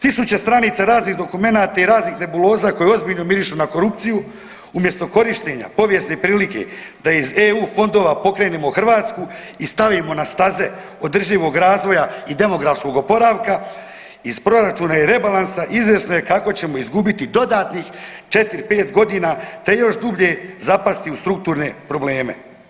Tisuće stranica raznih dokumenata i raznih nebuloza koje ozbiljno mirišu na korupciju, umjesto korištenja povijesne prilike da u EU fondova pokrenemo Hrvatsku i stavimo na staze održivog razvoja i demografskog oporavka, iz proračuna i rebalansa izvjesno je kako ćemo izgubiti dodatnih 4, 5 godina te još dublje zapasti u strukturne probleme.